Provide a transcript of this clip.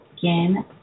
again